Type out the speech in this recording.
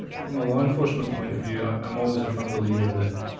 from a law enforcement point of view, i'm always a firm believer that